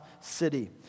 city